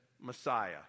Messiah